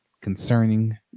concerning